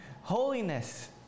Holiness